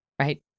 right